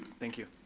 thank you.